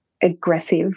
aggressive